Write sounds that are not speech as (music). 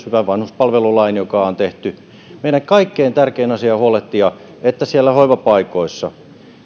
(unintelligible) hyvän vanhuspalvelulain joka on tehty meidän kaikkein tärkein asia on huolehtia että siellä hoivapaikoissa